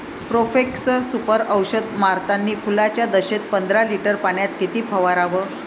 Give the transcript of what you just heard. Profex Super औषध मारतानी फुलाच्या दशेत पंदरा लिटर पाण्यात किती फवाराव?